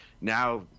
now